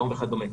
לאום וכדומה.